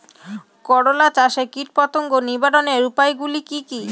করলা চাষে কীটপতঙ্গ নিবারণের উপায়গুলি কি কী?